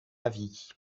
avis